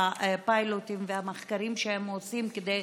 והפיילוטים והמחקרים שהם עושים כדי